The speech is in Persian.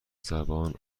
زبان